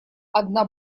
одна